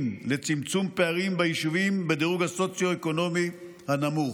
לצמצום פערים ביישובים בדירוג הסוציו-אקונומי הנמוך.